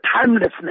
timelessness